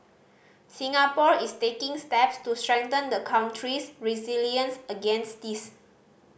Singapore is taking steps to strengthen the country's resilience against this